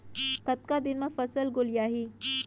कतका दिन म फसल गोलियाही?